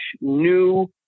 new